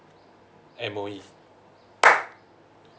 M_O_E